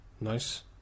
Nice